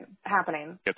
happening